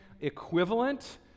equivalent